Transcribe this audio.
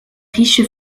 riche